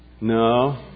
No